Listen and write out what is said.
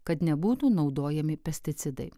kad nebūtų naudojami pesticidai